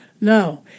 No